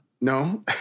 No